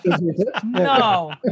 No